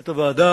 את הוועד,